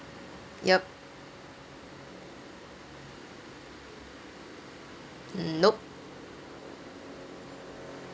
yup mm nope